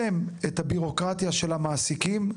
את הבירוקרטיה של המעסיקים,